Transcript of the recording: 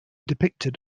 depicted